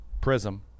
prism